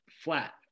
flat